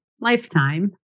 lifetime